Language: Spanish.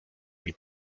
del